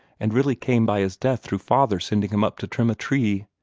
and really came by his death through father sending him up to trim a tree.